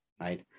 right